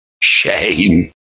Shame